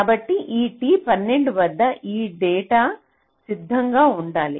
కాబట్టి ఈ t 12 వద్ద ఈ డేటా సిద్ధంగా ఉండాలి